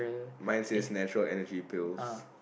my says natural Energy Pills